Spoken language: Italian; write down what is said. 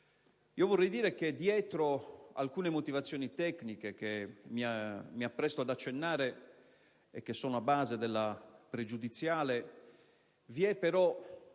sottolineare che dietro alcune motivazioni tecniche, che mi appresto ad accennare e che sono a base della pregiudiziale, dietro